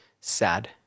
sad